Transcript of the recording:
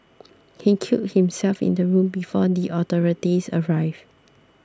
he killed himself in the room before the authorities arrived